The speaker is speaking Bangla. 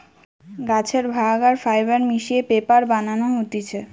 গাছের ভাগ আর ফাইবার মিশিয়ে পেপার বানানো হতিছে